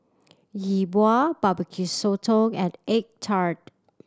Yi Bua Barbecue Sotong and egg tart